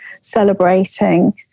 celebrating